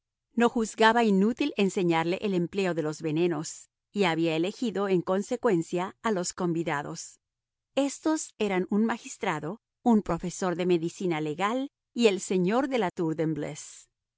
no juzgaba inútil enseñarle el empleo de los venenos y había elegido en consecuencia a los convidados estos eran un magistrado un profesor de medicina legal y el señor de la tour